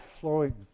flowing